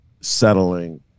settling